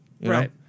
Right